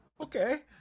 Okay